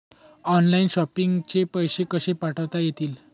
Online shopping चे पैसे कसे पाठवता येतील?